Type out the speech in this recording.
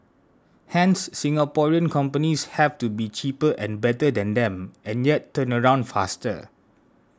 hence Singaporean companies have to be cheaper and better than them and yet turnaround faster